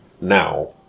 now